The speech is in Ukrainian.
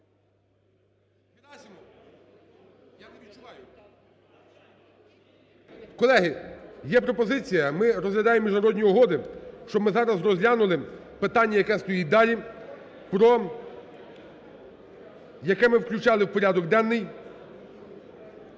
Колеги, є пропозиція. Ми розглядаємо міжнародні угоди, щоб ми зараз розглянули питання, яке стоїть далі, яке ми включали в порядок денний,